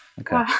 Okay